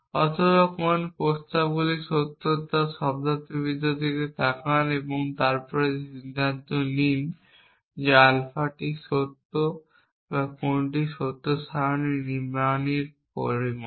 অথবা কোন প্রস্তাবগুলি সত্য তা শব্দার্থবিদ্যার দিকে তাকান এবং তারপরে সিদ্ধান্ত নিন যে আলফাটি সত্য বা কোনটি সত্য সারণী নির্মাণের পরিমাণ